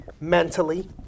mentally